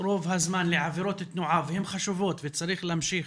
רוב הזמן לעבירות תנועה, והן חשובות וצריך להמשיך